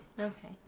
Okay